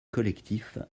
collectif